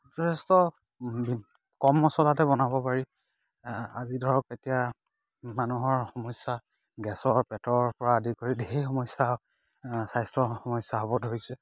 যথেষ্ট কম মচলাতে বনাব পাৰি আজি ধৰক এতিয়া মানুহৰ সমস্যা গেছৰ পেটৰ পৰা আদি কৰি ঢেৰ সমস্যা স্বাস্থ্যৰ সমস্যা হ'ব ধৰিছে